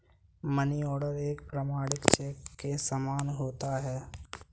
money order एक प्रमाणिक cheque के समान होता है